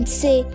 say